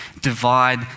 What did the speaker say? divide